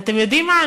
ואתם יודעים מה,